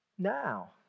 Now